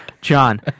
John